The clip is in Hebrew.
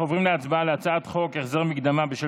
להצבעה על הצעת חוק החזר מקדמה בשל